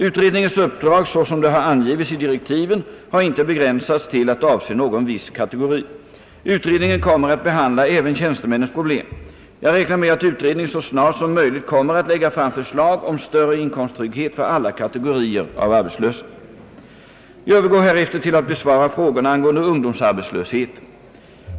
Utredningens uppdrag, såsom det har angivits i direktiven, har inte begränsats till att avse någon viss kategori. Utredningen kommer att behandla även tjänstemännens problem. Jag räknar med att utredningen så snart som möjligt kommer att lägga fram förslag om större inkomsttrygghet för alla kategorier av arbetslösa. Jag övergår härefter till att besvara frågorna angående ungdomsarbetslösheten.